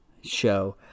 show